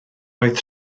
oedd